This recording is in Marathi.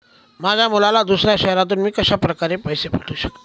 माझ्या मुलाला दुसऱ्या शहरातून मी कशाप्रकारे पैसे पाठवू शकते?